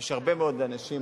יש הרבה מאוד אנשים,